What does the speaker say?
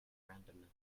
randomness